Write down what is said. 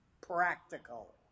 practical